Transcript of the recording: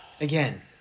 Again